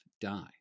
die